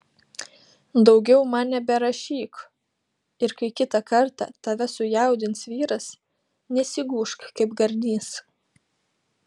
daugiau man neberašyk ir kai kitą kartą tave sujaudins vyras nesigūžk kaip garnys